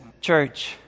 church